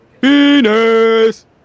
Penis